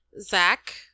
Zach